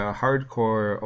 hardcore